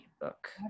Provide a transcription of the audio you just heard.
book